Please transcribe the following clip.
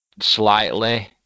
slightly